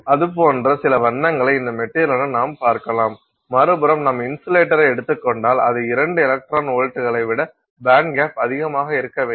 அது போன்ற சில வண்ணங்களை இந்த மெட்டீரியளுடன் நாம் பார்க்கலாம் மறுபுறம் நாம் இன்சுலேட்டரை எடுத்துக் கொண்டால் அது 2 எலக்ட்ரான் வோல்ட்டுகளை விட பேண்ட்கேப் அதிகமாக இருக்க வேண்டும்